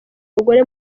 mugore